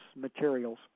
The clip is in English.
materials